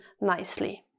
nicely